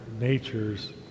Nature's